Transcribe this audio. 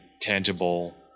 tangible